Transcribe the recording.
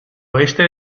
oeste